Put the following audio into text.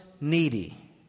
needy